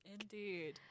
Indeed